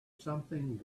something